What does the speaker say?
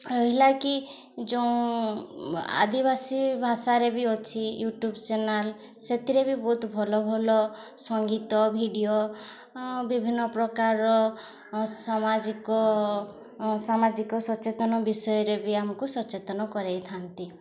ରହିଲା କି ଯେଉଁ ଆଦିବାସୀ ଭାଷାରେ ବି ଅଛି ୟୁଟ୍ୟୁବ୍ ଚ୍ୟାନେଲ୍ ସେଥିରେ ବି ବହୁତ ଭଲ ଭଲ ସଙ୍ଗୀତ ଭିଡ଼ିଓ ବିଭିନ୍ନପ୍ରକାରର ସାମାଜିକ ସାମାଜିକ ସଚେତନ ବିଷୟରେ ବି ଆମକୁ ସଚେତନ କରାଇଥାନ୍ତି